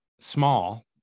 small